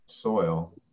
Soil